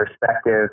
perspective